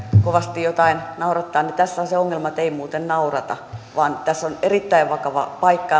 kovasti jotain naurattaa niin tässähän on se ongelma että ei muuten naurata vaan tässä on erittäin vakava paikka